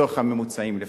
לצורך הממוצעים לפחות.